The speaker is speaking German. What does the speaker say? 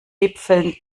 wipfeln